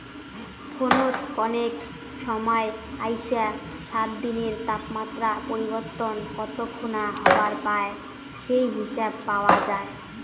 ফোনত কনেক সমাই আইসা সাত দিনের তাপমাত্রা পরিবর্তন কত খুনা হবার পায় সেই হিসাব পাওয়া যায়